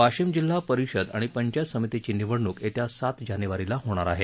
वाशिम जिल्हा परिषद आणि पंचायत समितीची निवडणुक येत्या सात जानेवारीला होणार आहे